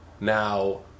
now